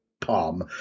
palm